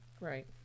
right